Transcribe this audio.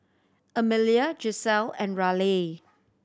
Amelia Giselle and Raleigh